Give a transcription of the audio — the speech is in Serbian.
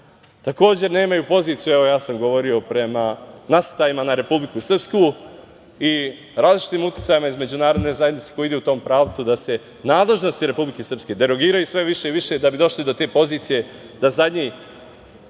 nemaju poziciju, evo, ja sam govorio, prema nasrtajima na Republiku Srpsku i različitim uticajima iz Međunarodne zajednice koji idu u tom pravcu da se nadležnosti Republike Srpske derogiraju sve više i više, da bi došli do te pozicije da zadnji